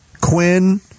Quinn